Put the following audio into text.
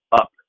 up